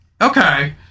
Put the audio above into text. Okay